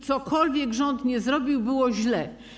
Czegokolwiek rząd by nie zrobił, było źle.